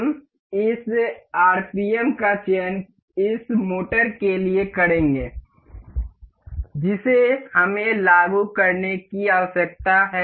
हम इस आरपीएम का चयन इस मोटर के लिए करेंगे जिसे हमें लागू करने की आवश्यकता है